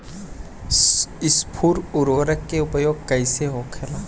स्फुर उर्वरक के उपयोग कईसे होखेला?